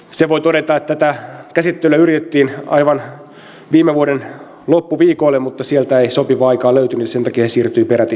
sen voi todeta että tätä käsittelyä yritettiin aivan viime vuoden loppuviikoille mutta sieltä ei sopivaa aikaa löytynyt ja sen takia se siirtyi peräti tänne saakka